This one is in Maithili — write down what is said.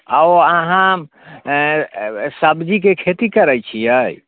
आउ अहाँ आँय सब्जीके खेती करै छियै